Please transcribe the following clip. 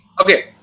Okay